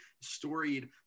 storied